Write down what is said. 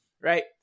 Right